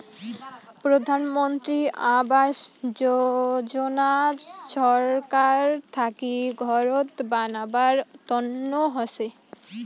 প্রধান মন্ত্রী আবাস যোজনা ছরকার থাকি ঘরত বানাবার তন্ন হসে